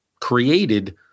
created